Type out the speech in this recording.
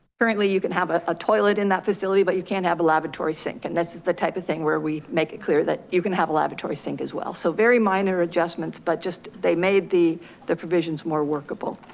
currently you can have a a toilet in that facility, but you can't have a lavatory sink. and that's the type of thing where we make it clear that you can have a lavatory sink as well. so very minor adjustments, but just, they made the the provisions more workable.